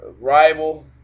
rival